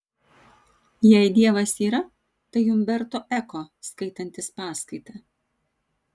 jei dievas yra tai umberto eko skaitantis paskaitą